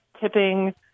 tipping